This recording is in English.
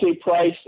price